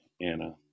Anna